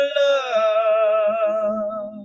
love